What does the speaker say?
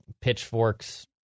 pitchforks